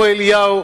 הרב שמואל אליהו,